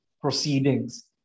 proceedings